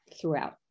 throughout